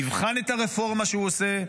נבחן את הרפורמה שהוא עושה.